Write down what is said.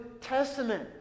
Testament